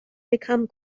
become